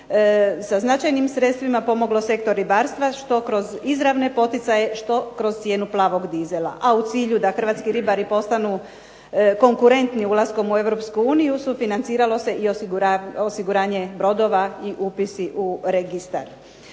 sa značajnim sredstvima pomoglo sektoru ribarstva što kroz izravne poticaje što kroz cijenu plavog dizela, a u cilju da hrvatski ribari postanu konkurentni ulaskom u Europsku uniju sufinanciralo se i osiguranje brodova i upisi u registar.